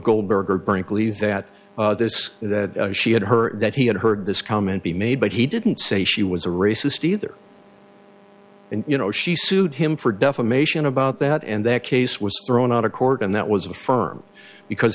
goldberg or brinkley that this that she had her that he had heard this comment he made but he didn't say she was a racist either and you know she sued him for defamation about that and that case was thrown out of court and that was affirmed because